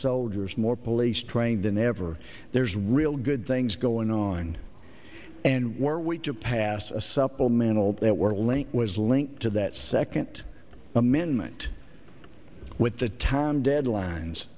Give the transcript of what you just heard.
soldiers more police trained in ever there's real good things going on and were we to pass a supplemental that were linked was linked to that second amendment with the time deadlines